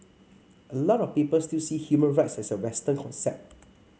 a lot of people still see human rights as a western concept